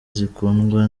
zikundwa